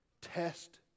Test